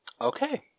Okay